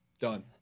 Done